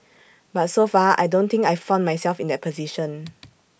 but so far I don't think I've found myself in that position